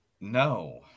no